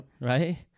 right